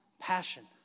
passion